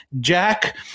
Jack